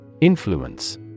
Influence